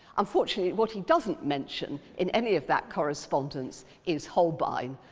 unfortunately, what he doesn't mention in any of that correspondence is holbein,